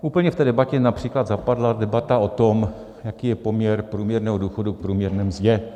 A úplně v té debatě například zapadla debata o tom, jaký je poměr průměrného důchodu k průměrné mzdě.